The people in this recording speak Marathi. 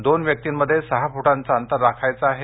दोन व्यक्तिंमध्ये सहा फुटांचे अंतर राखायचे आहे